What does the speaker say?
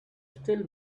still